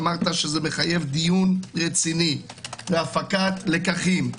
אמרת שזה מחייב דיון רציני והפקת לקחים,